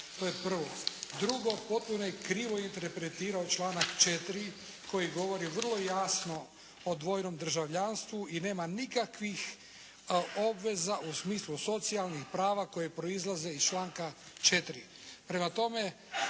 To je prvo. Drugo, potpuno je krivo interpretirao članak 4. koji govori vrlo jasno o dvojnom državljanstvu i nema nikakvih obveza u smislu socijalnih prava koje proizlaze iz članka 4.